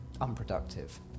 unproductive